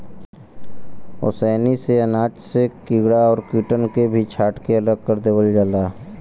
ओसैनी से अनाज से कीड़ा और कीटन के भी छांट के अलग कर देवल जाला